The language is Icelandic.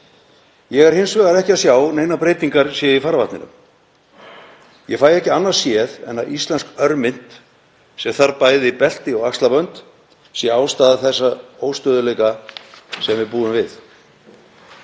Ég sé hins vegar ekki að neinar breytingar séu í farvatninu. Ég fæ ekki annað séð en að íslensk örmynt, sem þarf bæði belti og axlabönd, sé ástæða þessa óstöðugleika sem við búum við.